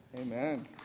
Amen